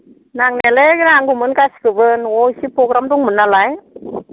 नांनायलाय नांगौमोन गासिखौबो न'वाव एसे प्रग्राम दंमोन नालाय